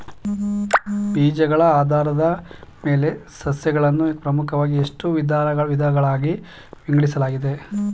ಬೀಜಗಳ ಆಧಾರದ ಮೇಲೆ ಸಸ್ಯಗಳನ್ನು ಪ್ರಮುಖವಾಗಿ ಎಷ್ಟು ವಿಧಗಳಾಗಿ ವಿಂಗಡಿಸಲಾಗಿದೆ?